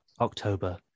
october